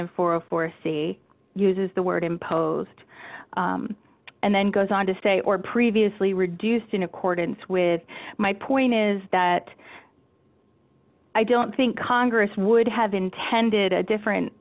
in four of foresee uses the word imposed and then goes on to say or previously reduced in accordance with my point is that i don't think congress would have intended a different